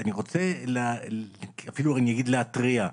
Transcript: אני רוצה, אפילו אני אגיד להתריע,